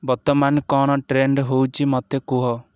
ବର୍ତ୍ତମାନ କ'ଣ ଟ୍ରେଣ୍ଡ ହେଉଛି ମୋତେ କୁହ